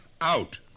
out